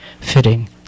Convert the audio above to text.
fitting